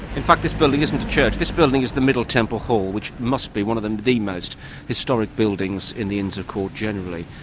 in fact this building isn't a church, this building is the middle temple hall, which must be one of the the most historic buildings in the inns of court generally.